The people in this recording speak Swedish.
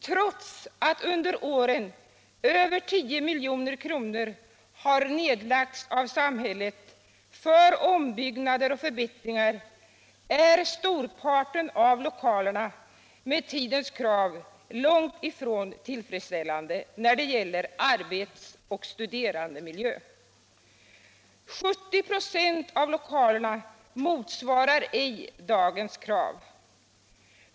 Trots att det under åren har lagts ned över 10 miljoner av samhället för ombyggnader och förbättringar, är storparten av lokalerna med tidens krav när det gäller arbets och studerandemiljö långt ifrån tillfredsställande. 70 96 av lokalerna motsvarar ej dagens krav.